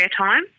airtime